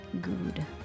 Good